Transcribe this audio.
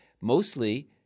Mostly